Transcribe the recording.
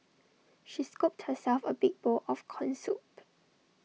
she scooped herself A big bowl of Corn Soup